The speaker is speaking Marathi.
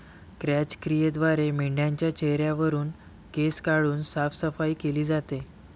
क्रॅच क्रियेद्वारे मेंढाच्या चेहऱ्यावरुन केस काढून साफसफाई केली जाते